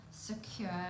secure